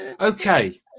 Okay